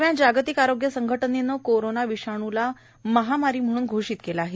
दरम्यान जागतिक आरोग्य संघटनेने कोरोना विषाणूला महामारीचा म्हणून घोषित केले आहे